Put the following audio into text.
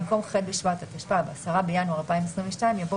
במקום "ח' בשבט התשפ"ב (10 בינואר 2022)" יבוא